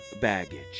baggage